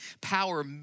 power